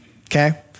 Okay